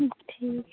ठीक है